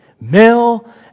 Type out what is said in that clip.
male